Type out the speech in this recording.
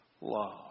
love